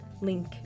link